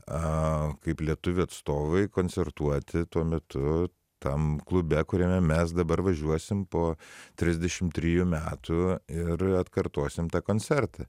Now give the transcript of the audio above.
kaip lietuvių atstovai koncertuoti tuo metu tam klube kuriame mes dabar važiuosim po trsidešim trijų metų ir atkartosim tą koncertą